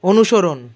অনুসরণ